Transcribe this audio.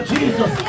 Jesus